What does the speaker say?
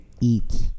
eat